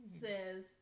says